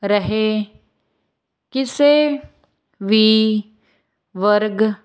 ਰਹੇ ਕਿਸੇ ਵੀ ਵਰਗ